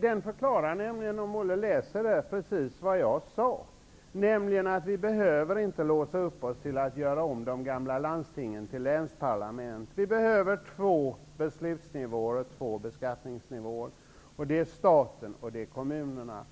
Den förklarar nämligen precis vad jag sade, dvs. att vi inte behöver låsa fast oss vid att göra om de gamla landstingen till länsparlament. Det behövs två beslutsnivåer och två beskattningsnivåer, staten och kommunerna.